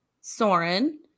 Soren